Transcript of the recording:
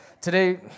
today